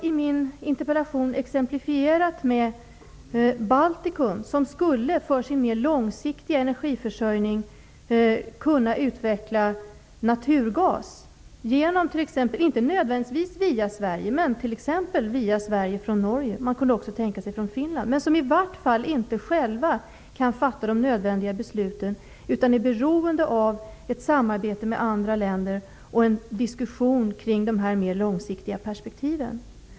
I min interpellation har jag som exempel tagit Baltikum, som för sin mer långsiktiga energiförsörjning skulle kunna utveckla naturgas -- t.ex från Norge via Sverige eller från Finland. Men i Baltikum kan de inte själva fatta de nödvändiga besluten utan är beroende av ett samarbete med andra länder och av en diskussion kring dessa mera långsiktiga perspektiv.